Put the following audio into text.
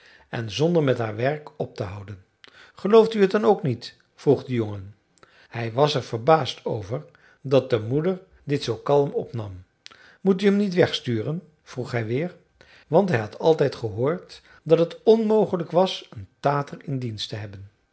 en zonder met haar werk op te houden gelooft u het dan ook niet vroeg de jongen hij was er verbaasd over dat de moeder dit zoo kalm opnam moet u hem nu niet wegsturen vroeg hij weer want hij had altijd gehoord dat het onmogelijk was een tater in dienst te hebben